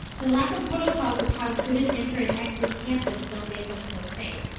the lack of protocols of how students enter and exit campus don't make us feel safe.